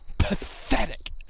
pathetic